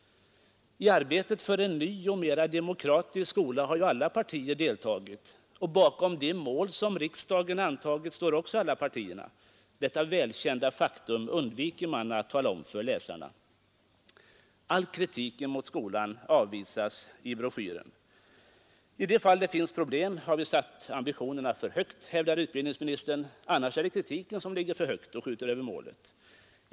I arbetet för en ny och mera demokratisk skola har ju alla partier deltagit, och bakom de mål som riksdagen antagit står också alla partier. Detta välkända faktum undviker man att tala om för läsarna. All kritik mot skolan avvisas i broschyren. I de fall det finns problem har vi satt ambitionerna för högt, hävdar utbildningsministern. Annars är det kritiken som ligger för högt och skjuter över målet.